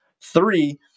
three